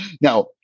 now